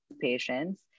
patients